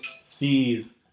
sees